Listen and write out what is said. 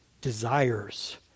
desires